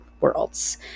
worlds